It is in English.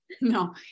No